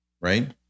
right